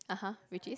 (uh huh) which is